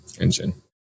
engine